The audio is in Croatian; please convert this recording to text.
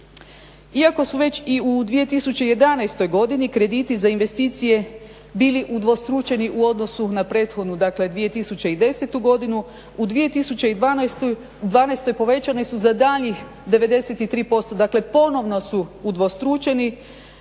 Iako su već i u 2011. godini krediti za investicije bili udvostručeni u odnosu na prethodnu 2010. godinu, u 2012. povećane su za daljnjih 93%, dakle ponovno su udvostručeni